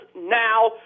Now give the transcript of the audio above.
now